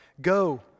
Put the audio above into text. Go